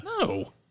No